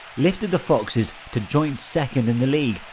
lifted the foxes to joint-second in the league,